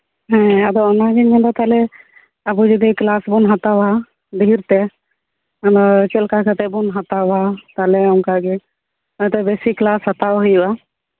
ᱦᱮᱸ ᱟᱫᱚ ᱚᱱᱟᱜᱤᱧ ᱢᱮᱱᱫᱟ ᱛᱟᱦᱞᱮ ᱟᱵᱚ ᱡᱚᱫᱤ ᱠᱮᱞᱟᱥ ᱵᱚᱱ ᱦᱟᱛᱟᱣᱟ ᱫᱮᱨᱤᱛᱮ ᱚᱱᱟ ᱪᱮᱫᱞᱮᱠᱟ ᱠᱟᱛᱮᱜ ᱵᱚᱱ ᱦᱟᱛᱟᱣᱟ ᱛᱟᱦᱞᱮ ᱚᱱᱠᱟᱜᱮ ᱱᱤᱛᱚᱜ ᱵᱮᱥᱤ ᱠᱮᱞᱟᱥ ᱦᱟᱛᱟᱣᱟ ᱦᱩᱭᱩᱜᱼᱟ